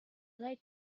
like